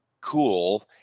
cool